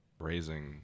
raising